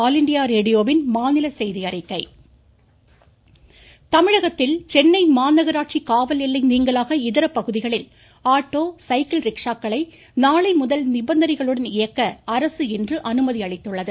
auto தமிழகத்தில் சென்னை மாநகராட்சி காவல் எல்லை நீங்கலாக இதர பகுதிகளில் ஆட்டோ சைக்கிள் ரிக்ஷாக்களை நாளை முதல் நிபந்தனைகளுடன் இயக்க அரசு இன்று அனுமதி அளித்துள்ளது